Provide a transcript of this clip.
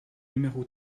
numéro